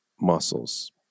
muscles